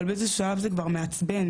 אבל באיזשהו שלב זה כבר מעצבן,